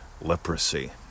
leprosy